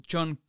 John